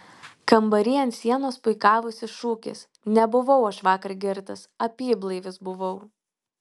kambary ant sienos puikavosi šūkis nebuvau aš vakar girtas apyblaivis buvau